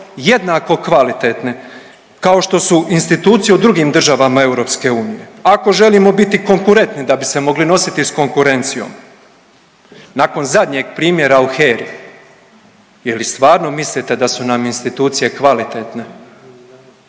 jednako kvalitetne kao što su institucije u drugim državama EU, ako želimo biti konkurentni, da bi se mogli nositi s konkurencijom, nakon zadnjeg primjera u HERA-i, je li stvarno mislite da su nam institucije kvalitetne?